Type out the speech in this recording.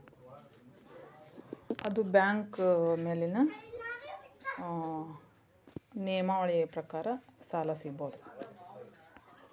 ಸಾಲಕ್ಕ ಅರ್ಜಿ ಹಾಕಿದ್ ಎಷ್ಟ ದಿನದೊಳಗ ಸಾಲ ಸಿಗತೈತ್ರಿ?